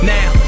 Now